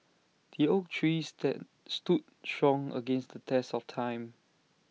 the oak tree stead stood strong against the test of time